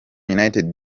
united